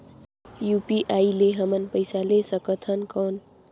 UPI ले हमन पइसा ले सकथन कौन?